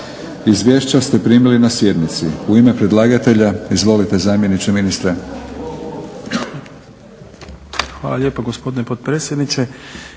Izvješća ste primili na sjednici. U ime predlagatelja, izvolite zamjeniče ministra.